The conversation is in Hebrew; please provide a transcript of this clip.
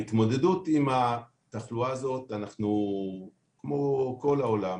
ההתמודדות עם התחלואה הזאת: כמו כל העולם,